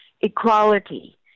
equality